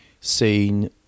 seen